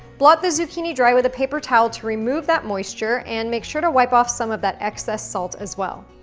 blot the zucchini dry with a paper towel to remove that moisture, and make sure to wipe off some of that excess salt as well.